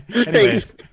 Thanks